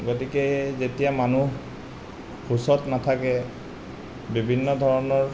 গতিকে এই যেতিয়া মানুহ সুচত নাথাকে বিভিন্ন ধৰণৰ